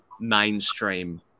mainstream